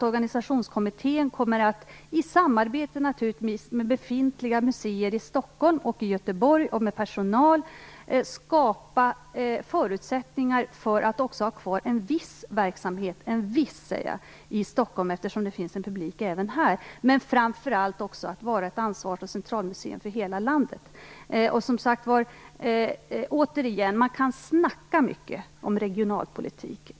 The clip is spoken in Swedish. Organisationskommittén kommer, naturligtvis i samarbete med befintliga museer i Stockholm och Göteborg och med personal, att skapa förutsättningar för att också ha kvar en viss verksamhet - en viss säger jag - eftersom det finns en publik även här. Men framför allt skall museet också vara ett ansvars och centralmuseum för hela landet. Återigen: Man kan snacka mycket om regionalpolitik.